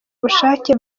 ubushake